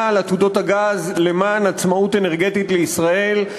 על עתודות הגז למען עצמאות אנרגטית לישראל,